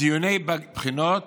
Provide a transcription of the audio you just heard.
ציוני בחינות